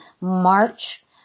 march